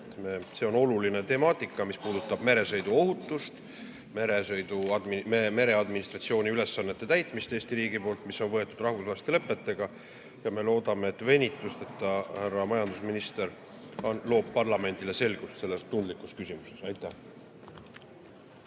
See on oluline temaatika, mis puudutab meresõiduohutust, mereadministratsiooni ülesannete täitmist Eesti riigi poolt, mis on võetud rahvusvaheliste lepetega, ja me loodame, et härra majandusminister venitusteta loob parlamendile selgust selles tundlikus küsimuses. Aitäh!